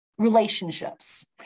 relationships